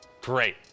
Great